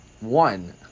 One